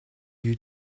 you